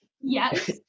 Yes